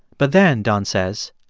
but then, don says,